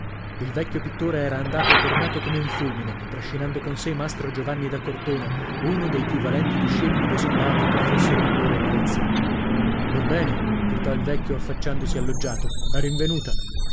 il vecchio pittore era andato e tornato come un fulmine trascinando con sè mastro giovanni da cortona uno dei più valenti discepoli d'esculapio che fossero allora in arezzo orbene gridò il vecchio affacciandosi al loggiato è rinvenuta